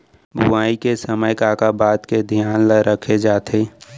बुआई के समय का का बात के धियान ल रखे जाथे?